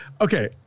okay